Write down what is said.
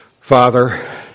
Father